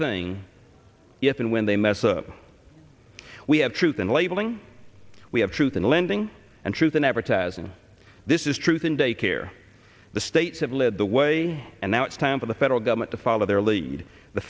thing if and when they mess up we have truth in labeling we have truth in lending and truth in advertising this is truth in day care the states have led the way and now it's time for the federal government to follow their lead the